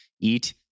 eat